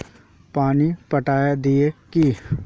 पानी पटाय दिये की?